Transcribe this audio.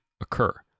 occur